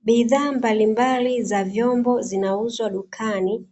Bidhaa mbalimbali za vyombo zinauzwa dukani